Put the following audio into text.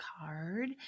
card